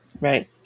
right